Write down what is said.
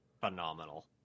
phenomenal